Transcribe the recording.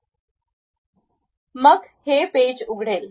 मग हे पेज उघडेल